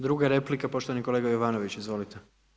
Druga replika, poštovani kolega Jovanović, izvolite.